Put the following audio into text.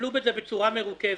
בצורה מרוכזת,